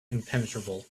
impenetrable